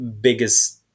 biggest